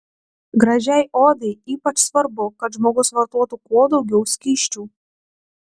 gražiai odai ypač svarbu kad žmogus vartotų kuo daugiau skysčių